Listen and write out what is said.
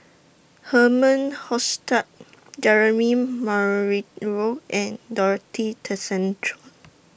Herman Hochstadt Jeremy and Dorothy Tessensohn